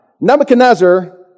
Nebuchadnezzar